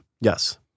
Yes